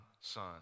son